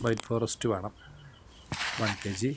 white forest വേണം one K G